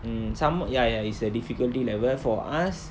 um some ya ya is the difficulty level for us